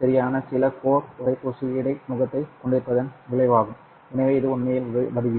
சரியான சில கோர் உறைப்பூச்சு இடைமுகத்தைக் கொண்டிருப்பதன் விளைவாகும் எனவே இது உண்மையில் வடிவியல்